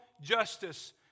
justice